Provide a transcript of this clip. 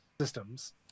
systems